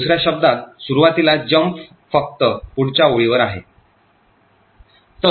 तर दुसर्या शब्दात सुरुवातीला jump फक्त पुढच्या ओळीवर आहे